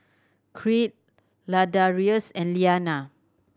Creed Ladarius and Liana